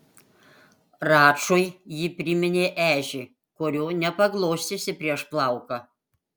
račui ji priminė ežį kurio nepaglostysi prieš plauką